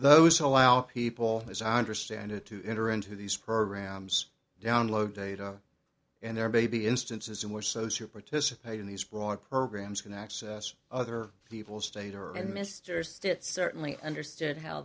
those allow people as i understand it to enter into these programs download data and their baby instances in which those who participate in these broad programs can access other people state or and mr stitt certainly understand how